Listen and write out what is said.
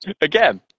Again